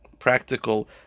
Practical